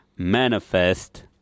manifest